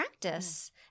practice